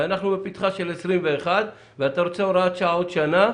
בפתחה של 2021, ואתה רוצה הוראת שעה לעוד שנה.